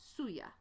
suya